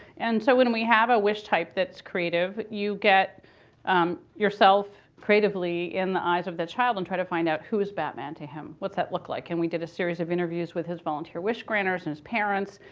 and so when we have a wish type that's creative, you get yourself creatively in the eyes of the child and try to find out, who's batman to him? what's that look like? and we did a series of interviews with his volunteer wish granters and his parents.